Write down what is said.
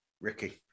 Ricky